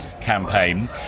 campaign